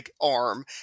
arm